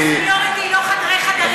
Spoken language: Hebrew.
שיטת הסניוריטי היא לא חדרי-חדרים, בדיוק.